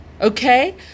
Okay